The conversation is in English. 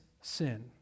sin